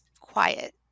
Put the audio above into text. quiet